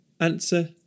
Answer